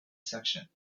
section